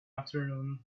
afternoon